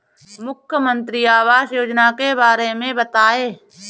मुख्यमंत्री आवास योजना के बारे में बताए?